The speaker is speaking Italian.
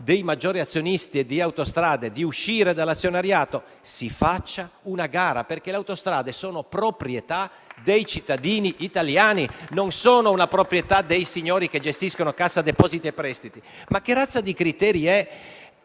dei maggiori azionisti di Autostrade di uscire dall'azionariato? Si faccia una gara, perché le autostrade sono proprietà dei cittadini italiani, non dei signori che gestiscono Cassa depositi e prestiti. Che razza di criterio è